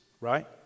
right